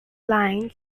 line